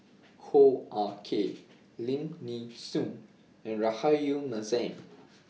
Hoo Ah Kay Lim Nee Soon and Rahayu Mahzam